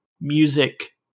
music